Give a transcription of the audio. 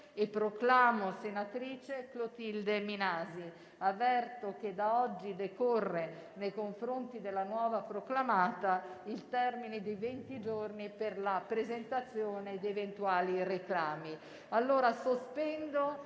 proclamo senatrice Clotilde Minasi. Avverto che da oggi decorre, nei confronti della nuova proclamata, il termine di venti giorni per la presentazione di eventuali reclami. Colleghi, sospendo